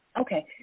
Okay